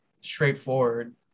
straightforward